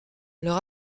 leur